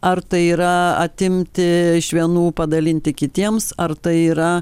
ar tai yra atimti iš vienų padalinti kitiems ar tai yra